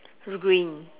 green